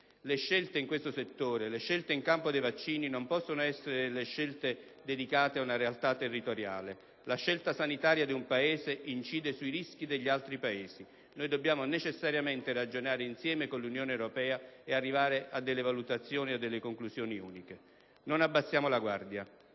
Le scelte in questo settore e le scelte nel campo vaccinale non possono essere dedicate ad una realtà territoriale: la scelta sanitaria di un Paese incide sui rischi degli altri. Dobbiamo necessariamente ragionare insieme con l'Unione europea per giungere a valutazioni e conclusioni univoche. Non abbassiamo la guardia.